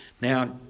Now